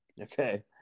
Okay